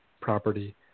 property